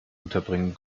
unterbringen